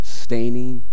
staining